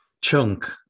chunk